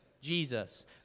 Jesus